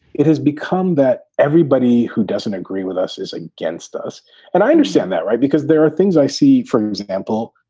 it has become that everybody who doesn't agree with us is against. and i understand that, right, because there are things i see, for example,